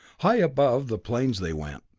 high above the planes they went,